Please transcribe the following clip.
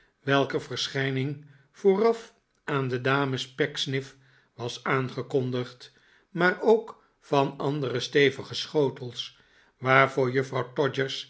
welker verschijning vooraf aan de dames pecksniff was aangekondigd maar ook van andere stevige schotels waarvoor juffrouw